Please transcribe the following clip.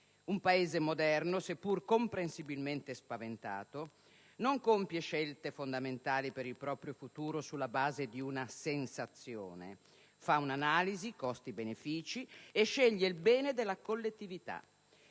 Un Paese moderno, seppur comprensibilmente spaventato, non compie scelte fondamentali per il proprio futuro sulla base di una sensazione, ma fa un'analisi costi-benefici e sceglie il bene della collettività.